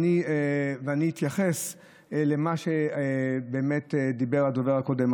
ואני אתייחס למה שבאמת דיבר הדובר הקודם.